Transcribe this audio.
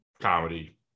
comedy